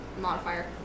modifier